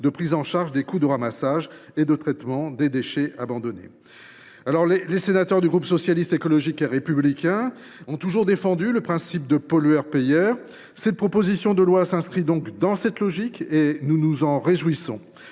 de prise en charge des coûts de ramassage et de traitement des déchets abandonnés. Les sénateurs du groupe Socialiste, Écologiste et Républicain ont toujours défendu le principe du pollueur payeur. Cette proposition de loi s’inscrit dans cette logique : nous nous en réjouissons.